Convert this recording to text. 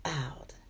out